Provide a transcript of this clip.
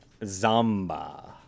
Zamba